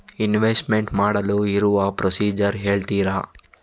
Investment ಮಾಡಲು ಇರುವ procedure ಹೇಳ್ತೀರಾ?